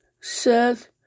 Seth